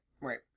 right